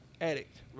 addict